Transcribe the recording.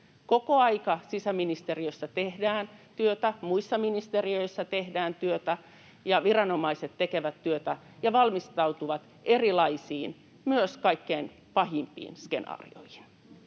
Koko ajan sisäministeriössä tehdään työtä, muissa ministeriöissä tehdään työtä ja viranomaiset tekevät työtä ja valmistautuvat erilaisiin, myös kaikkein pahimpiin, skenaarioihin.